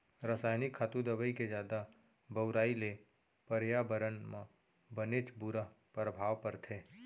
रसायनिक खातू, दवई के जादा बउराई ले परयाबरन म बनेच बुरा परभाव परथे